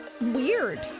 weird